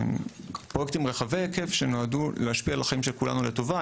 פרויקטים רחבי היקף שנועדו להשפיע על החיים של כולנו לטובה,